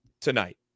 tonight